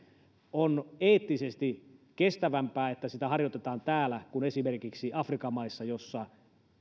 on eettisesti kestävämpää että sitä harjoitetaan täällä kuin esimerkiksi afrikan maissa joissa